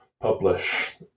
publish